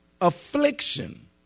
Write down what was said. Affliction